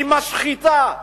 היא משחיתה,